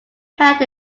held